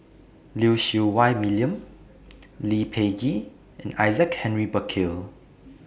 Lim Siew Wai William Lee Peh Gee and Isaac Henry Burkill